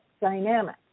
dynamic